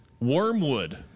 Wormwood